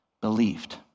believed